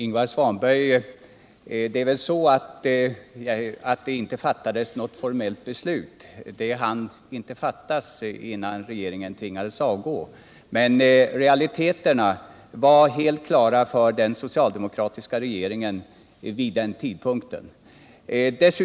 Herr talman! Det fattades inte något formellt beslut, Ingvar Svanberg. Man hann inte det innan regeringen tvingades avgå. Men realiteterna var vid den tidpunkten helt klara och den socialdemokratiska regeringen har ansvaret för detta.